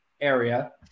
area